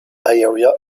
area